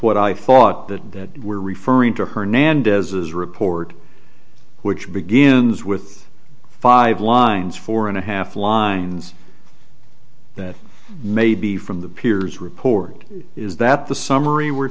what i thought that we're referring to hernandez's report which begins with five lines four and a half lines that may be from the peers report is that the summary we're